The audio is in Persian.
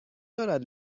دارد